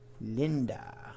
Linda